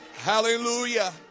Hallelujah